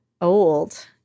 old